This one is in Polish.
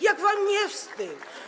Jak wam nie wstyd?